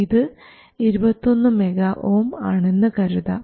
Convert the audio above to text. ഇത് 3 MΩ ഇത് 21 MΩ ആണെന്ന് കരുതാം